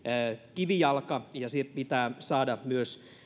kivijalka ja se pitää saada myös